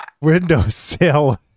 windowsill